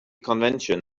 convention